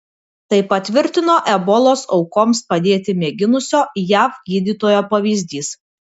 tai patvirtino ebolos aukoms padėti mėginusio jav gydytojo pavyzdys